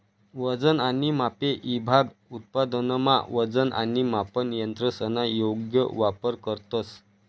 वजन आणि मापे ईभाग उत्पादनमा वजन आणि मापन यंत्रसना योग्य वापर करतंस